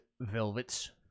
Velvet's